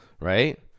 right